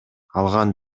алган